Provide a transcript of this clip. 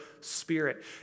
spirit